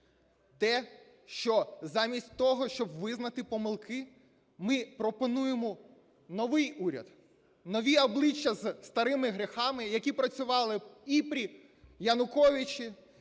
те, що замість того, щоб визнати помилки, ми пропонуємо новий уряд, нові обличчя із старими гріхами, які працювали і при Януковичі,